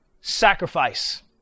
sacrifice